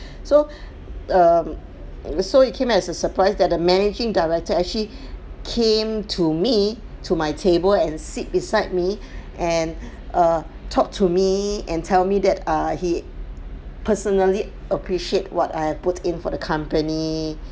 so err it was so it came as a surprise that a managing director actually came to me to my table and sit beside me and err talk to me and tell me that err he personally appreciate what I put in for the company